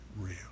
real